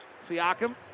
Siakam